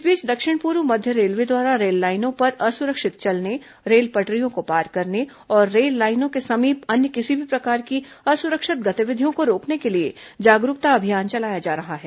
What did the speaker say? इस बीच दक्षिण पूर्व मध्य रेलवे द्वारा रेललाइनों पर असुरक्षित चलने रेल पटरियों को पार करने और रेललाइनों के समीप अन्य किसी भी प्रकार की असुरक्षित गतिविधियों को रोकने के लिए जागरूकता अभियान चलाया जा रहा है